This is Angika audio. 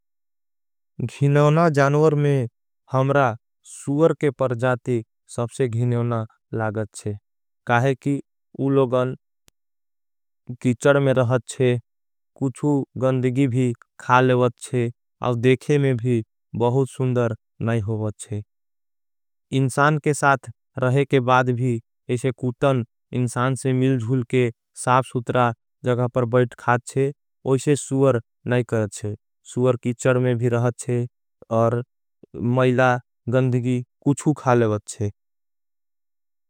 घीनवना जानवर में हमरा सूवर के परजाति सबसे घीनवना। लागत छे काहे की उलोगन कीचड में रहत छे कुछु गंदिगी। भी खालेवत छे और देखे में भी बहुत सुंदर नहीं होवत छे। इंसान के साथ रहे के बाद भी इसे कुतन इंसान से मिल जुल। के साप्सुत्रा जगा पर बैट खात छे और इसे सूवर नहीं करत। छे सूवर कीचड में भी रहत छे और मैला गंदिगी कुछु खालेवत छे।